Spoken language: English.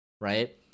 right